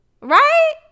Right